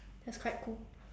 that's quite cool